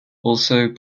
also